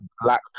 black